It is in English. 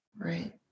right